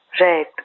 Right